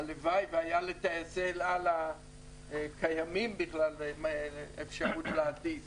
הלוואי והייתה לטייסי אל על הקיימים בימים אלה אפשרות להטיס.